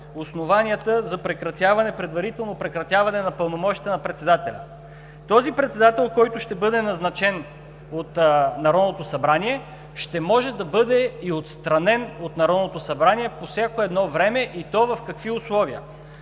основанията за предварително прекратяване на пълномощията на председателя. Този председател, който ще бъде назначен от Народното събрание, ще може да бъде и отстранен от Народното събрание по всяко едно време, и то в какви условия?